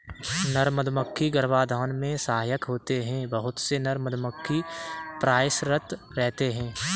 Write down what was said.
नर मधुमक्खी गर्भाधान में सहायक होते हैं बहुत से नर मधुमक्खी प्रयासरत रहते हैं